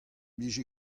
bije